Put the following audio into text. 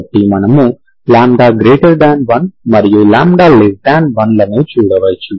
కాబట్టి మనం λ1 మరియు λ1లను చూడవచ్చు